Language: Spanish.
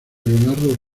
leonardo